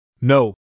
No